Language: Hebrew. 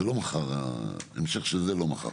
זה לא מחר, ההמשך של זה לא מחר.